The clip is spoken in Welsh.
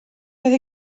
beth